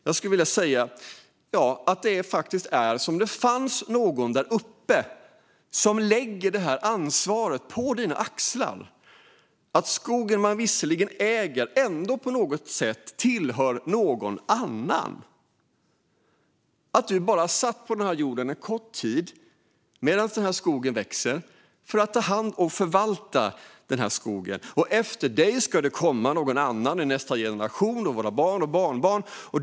Jag skulle vilja säga att det är som om det fanns någon där uppe som lägger det ansvaret på dina axlar. Det är som om skogen du visserligen äger ändå på något sätt tillhör någon annan. Du är bara satt på den här jorden en kort tid, medan skogen växer, för att ta hand om och förvalta skogen. Efter dig ska det komma någon annan - nästa generation, våra barn och barnbarn.